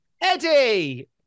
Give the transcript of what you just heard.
Eddie